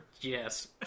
Yes